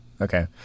Okay